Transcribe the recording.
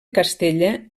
castella